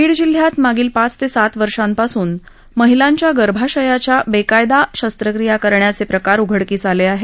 बीड जिल्ह्यात मागील पाच ते सात वर्षा पासून महिलांच्या गर्भाशयाच्या बेकायदेशीर शस्त्रक्रिया करण्याचे प्रकार उघडकीस आले आहेत